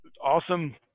awesome